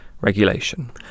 regulation